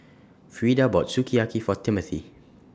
Freeda bought Sukiyaki For Timmothy